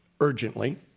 urgently